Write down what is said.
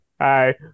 hi